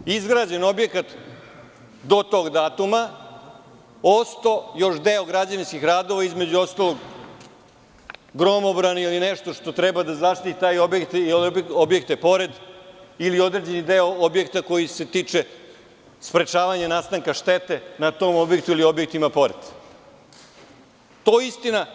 Druga stvar, izgrađen objekat do tog datuma, ostao još deo građevinskih radova, između ostalog gromobrani ili nešto što treba da zaštiti taj objekat ili objekte pored ili određeni deo objekta koji se tiče sprečavanja nastanka štete na tom objektu ili objektima pored,